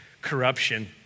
corruption